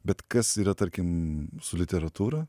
bet kas yra tarkim su literatūra